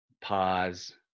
pause